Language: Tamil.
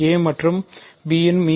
a மற்றும் b இன் மி